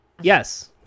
Yes